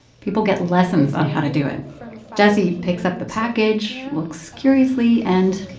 people get lessons on how to do it. jessie picks up the package, looks curiously and.